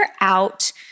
out